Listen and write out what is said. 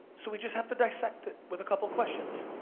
so we just have to dissect it with a couple questions.